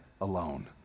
alone